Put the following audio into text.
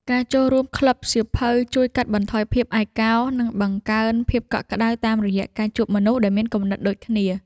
ការចូលរួមក្លឹបសៀវភៅជួយកាត់បន្ថយភាពឯកា និងបង្កើនភាពកក់ក្ដៅតាមរយៈការជួបមនុស្សដែលមានគំនិតដូចគ្នា។